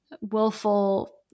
willful